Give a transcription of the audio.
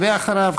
ואחריו,